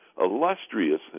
illustrious